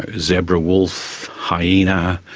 ah zebra wolf, hyena,